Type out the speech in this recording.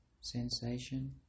sensation